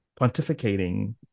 pontificating